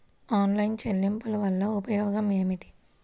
Online చెల్లింపుల వల్ల ఉపయోగమేమిటీ?